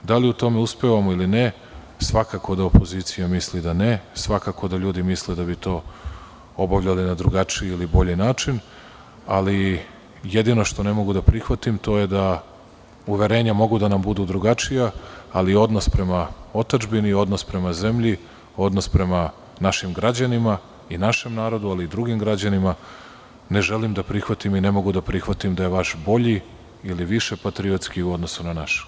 Da li u tome uspevamo ili ne, svakako da opozicija misli da ne, svakako da ljudi misle da bi to obavljali na drugačiji ili bolji način, ali jedino što ne mogu da prihvatim to je da uverenja mogu da nam budu drugačija, ali odnos prema otadžbini, odnos prema zemlji, odnos prema našim građanima i našem narodu, ali i drugim građanima ne želim da prihvatim i ne mogu da prihvatim da je vaš bolji ili više patriotski u odnosu na naš.